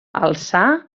alçar